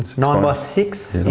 nine by six,